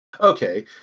Okay